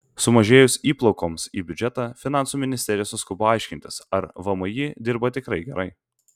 sumažėjus įplaukoms į biudžetą finansų ministerija suskubo aiškintis ar vmi dirba tikrai gerai